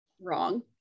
wrong